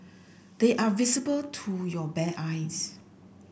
they are visible to your bare eyes